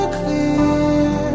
clear